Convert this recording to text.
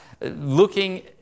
looking